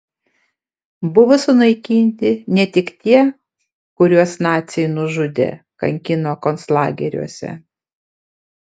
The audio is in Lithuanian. buvo sunaikinti ne tik tie kuriuos naciai nužudė kankino konclageriuose